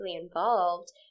involved